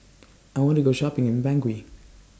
I want to Go Shopping in Bangui